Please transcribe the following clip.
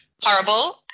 horrible